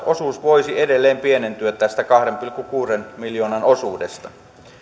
osuus voisi edelleen pienentyä tästä kahden pilkku kuuden miljoonan osuudesta